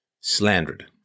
slandered